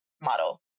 model